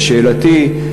ושאלתי: